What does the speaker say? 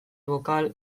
bokal